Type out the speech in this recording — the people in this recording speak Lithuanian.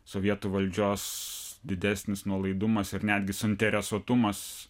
sovietų valdžios didesnis nuolaidumas ir netgi suinteresuotumas